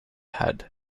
head